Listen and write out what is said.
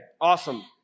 awesome